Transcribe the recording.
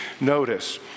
Notice